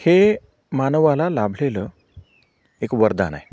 हे मानवाला लाभलेलं एक वरदान आहे